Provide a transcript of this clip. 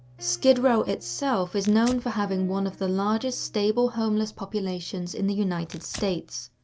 skid row itself is known for having one of the largest stable homeless populations in the united states,